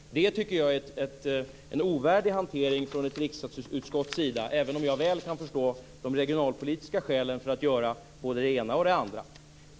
Det tycker jag är en ovärdig hantering från ett riksdagsutskotts sida, även om jag väl kan förstå de regionalpolitiska skälen för att göra både det ena och det andra.